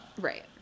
Right